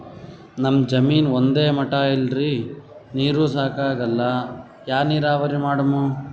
ನಮ್ ಜಮೀನ ಒಂದೇ ಮಟಾ ಇಲ್ರಿ, ನೀರೂ ಸಾಕಾಗಲ್ಲ, ಯಾ ನೀರಾವರಿ ಮಾಡಮು?